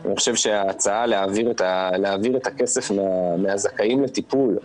אני חושב שההצעה להעביר את הכסף מהזכאים לטיפול,